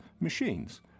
machines